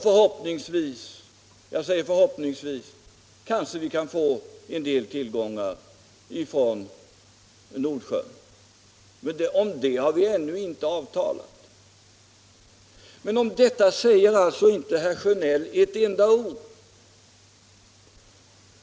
Förhoppningsvis — jag säger förhoppningsvis — kanske vi kan få något av tillgångarna i Nordsjön, men om det har vi ännu inget avtal. Om detta säger alltså herr Sjönell inte ett enda ord.